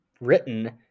written